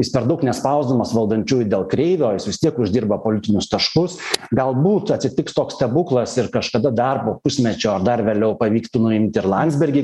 jis per daug nespausdamas valdančiųjų dėl kreivio jis vis tiek uždirba politinius taškus galbūt atsitiks toks stebuklas ir kažkada dar po pusmečio ar dar vėliau pavyktų nuimti ir landsbergį